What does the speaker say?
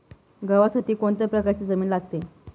गव्हासाठी कोणत्या प्रकारची जमीन लागते?